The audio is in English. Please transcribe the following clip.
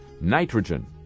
nitrogen